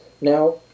Now